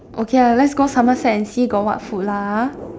okay lah let's go Somerset and see got what food lah ah